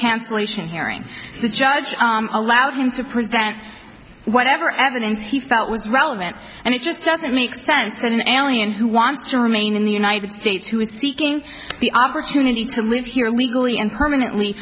cancellation hearing the judge allowed him to present whatever evidence he felt was relevant and it just doesn't make sense than an alien who wants to remain in the united states who is seeking the opportunity to live here legally and permanently